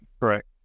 Correct